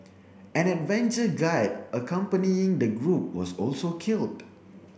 an adventure guide accompanying the group was also killed